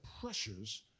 pressures